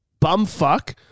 bumfuck